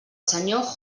senyor